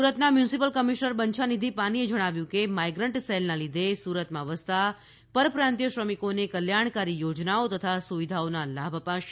સુરતના municipal commissioner Banchhanidhi પાનીએ જણાવ્યું હતું કે માઇગ્રન્ટ સેલના લીધે સુરતમાં વસતા પરપ્રાંતીય શ્રમિકોને કલ્યાણકારી યોજનાઓ તથા સુવિધાઓના લાભ અપાશે